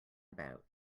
about